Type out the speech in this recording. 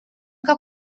que